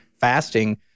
fasting